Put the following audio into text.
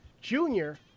Junior